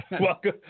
Welcome